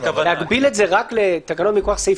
להגביל את זה רק לתקנון מכוח סעיף